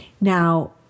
Now